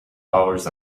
dollars